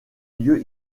lieux